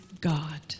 God